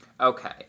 Okay